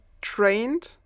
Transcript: trained